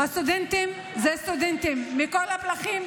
סטודנטים הם סטודנטים מכל הפלחים,